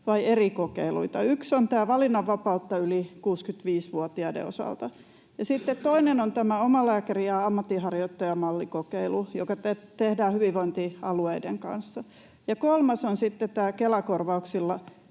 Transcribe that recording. vai eri kokeiluita. Yksi on tämä valinnanvapautta yli 65-vuotiaiden osalta, ja sitten toinen on tämä omalääkäri‑ ja ammatinharjoittajamallikokeilu, joka tehdään hyvinvointialueiden kanssa, ja kolmas on sitten tämä Kela-korvauksilla